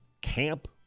camp